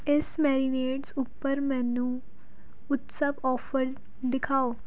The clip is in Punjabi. ਇਸ ਮੈਰੀਨੇਟਸ ਉੱਪਰ ਮੈਨੂੰ ਉਤਸਵ ਔਫ਼ਰ ਦਿਖਾਓ